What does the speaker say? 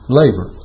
labor